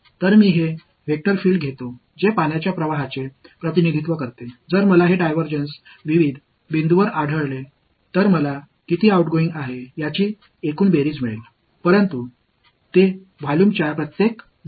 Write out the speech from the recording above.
எனவே நீர் ஓட்டத்தை குறிக்கும் இந்த வெக்டர் பீல்டை நான் எடுத்துக்கொள்கிறேன் இதற்குள் பல்வேறு புள்ளிகளில் இந்த வேறுபாட்டைக் கண்டறிந்தால் எவ்வளவு வெளிச் செல்கிறது என்பதை நான் பெறுவேன் ஆனால் அது ஒவ்வொரு வால்யும் புள்ளியிலும் உள்ளது